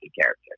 character